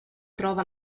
trova